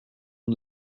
and